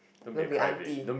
when we auntie